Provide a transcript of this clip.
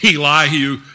Elihu